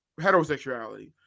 heterosexuality